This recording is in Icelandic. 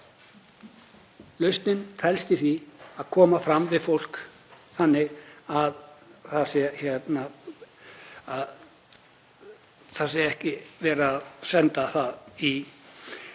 þeim. Lausnin felst í því að koma fram við fólk þannig að það sé ekki verið að senda það í